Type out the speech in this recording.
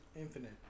Infinite